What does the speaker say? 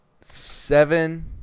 Seven